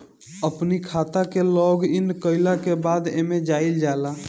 अपनी खाता के लॉगइन कईला के बाद एमे जाइल जाला